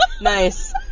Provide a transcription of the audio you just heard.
nice